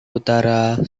utara